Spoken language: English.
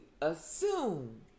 assume